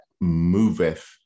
moveth